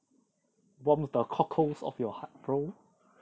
warms the cockles of your heart bro